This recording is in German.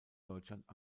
deutschland